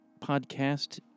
podcast